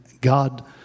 God